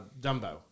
Dumbo